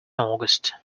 august